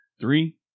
Three